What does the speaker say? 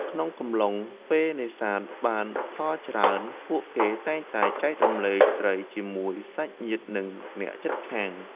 ក្នុងកំឡុងពេលនេសាទបានផលច្រើន ពួកគេតែងតែ ចែករំលែក ត្រីជាមួយសាច់ញាតិនិងអ្នកជិតខាង។